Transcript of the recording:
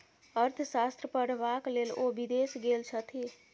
अर्थशास्त्र पढ़बाक लेल ओ विदेश गेल छथि